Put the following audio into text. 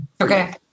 Okay